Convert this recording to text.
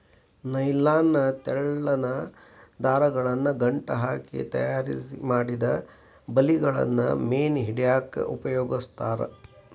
nylon ನ ತೆಳ್ಳನ ದಾರವನ್ನ ಗಂಟ ಹಾಕಿ ತಯಾರಿಮಾಡಿದ ಬಲಿಗಳನ್ನ ಮೇನ್ ಹಿಡ್ಯಾಕ್ ಉಪಯೋಗಸ್ತಾರ